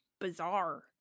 bizarre